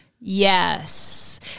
Yes